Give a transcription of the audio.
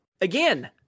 again